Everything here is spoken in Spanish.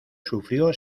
sufrió